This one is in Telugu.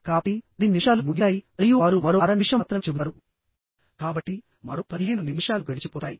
కాబట్టి10 నిమిషాలు ముగిశాయి మరియు వారు మరో అర నిమిషం మాత్రమే చెబుతారు కాబట్టి మరో 15 నిమిషాలు గడిచిపోతాయి